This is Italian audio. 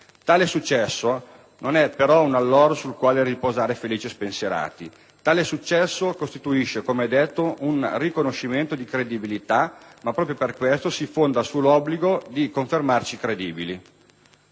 Tale successo non è però un alloro sul quale riposare felici e spensierati ma costituisce, come ho detto, un riconoscimento di credibilità e, proprio per questo, si fonda sull'obbligo di confermarci credibili.